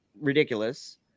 ridiculous